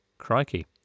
Crikey